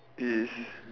is